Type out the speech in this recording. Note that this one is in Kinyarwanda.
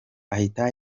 ahita